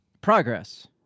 progress